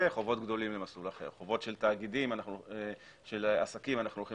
ובחובות גדולים למסלול אחר; חובות של עסקים הולכים